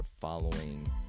following